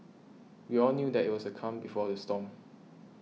we all knew that it was the calm before the storm